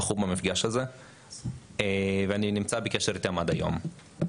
במפגש הזה ואני נמצא איתם בקשר עד היום.